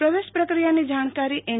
પ્રવેશ પ્રક્રિયાની જાણકારી એન